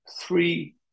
three